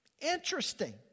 Interesting